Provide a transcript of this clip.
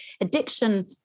addiction